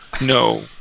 No